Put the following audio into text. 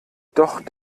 doch